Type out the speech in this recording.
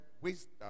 Wisdom